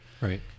Right